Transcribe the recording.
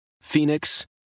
Phoenix